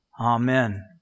Amen